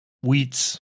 wheats